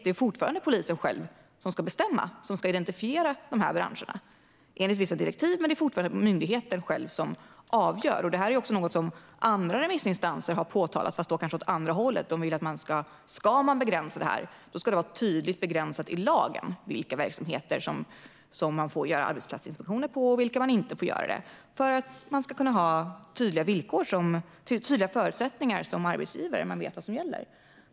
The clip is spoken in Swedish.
Det är fortfarande polisen själv som ska bestämma och identifiera de här branscherna, visserligen enligt vissa direktiv, men det är fortfarande myndigheten själv som avgör. Det här är något som andra remissinstanser har påtalat men kanske åt andra hållet - de vill att om man ska begränsa det här ska det vara tydligt begränsat i lagen vilka verksamheter som man får göra arbetsplatsinspektioner på och vilka man inte får göra det på för att man ska ha tydliga förutsättningar som arbetsgivare och veta vad som gäller.